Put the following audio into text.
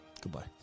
Goodbye